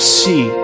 see